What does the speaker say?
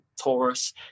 Taurus